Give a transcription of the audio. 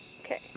Okay